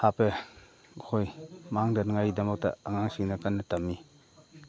ꯍꯥꯞꯄꯦ ꯃꯈꯣꯏ ꯃꯥꯡꯗꯅꯤꯡꯉꯥꯏꯗꯃꯛꯇ ꯑꯉꯥꯡꯁꯤꯡꯅ ꯀꯟꯅ ꯇꯝꯃꯤ